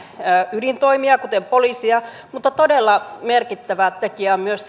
ydintoimia kuten poliisia mutta todella merkittävä tekijä on myös